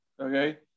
okay